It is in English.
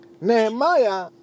Nehemiah